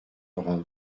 vrain